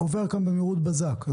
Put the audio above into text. עובר בוועדה במהירות הבזק.